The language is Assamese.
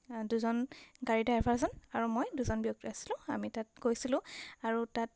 দুজন গাড়ী ড্ৰাইভাৰজন আৰু মই দুজন ব্যক্তিয়ে আছিলোঁ আমি তাত গৈছিলোঁ আৰু তাত